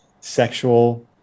sexual